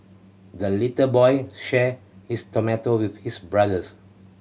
the little boy shared his tomato with his brothers